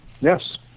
Yes